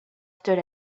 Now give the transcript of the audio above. stood